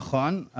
נכון.